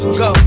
go